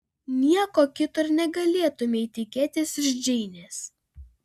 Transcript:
nieko kito ir negalėtumei tikėtis iš džeinės